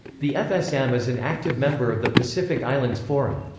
the fsm is an active member of the pacific islands forum.